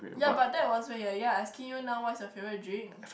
ya but that was when you were young I asking you now what is your favourite drink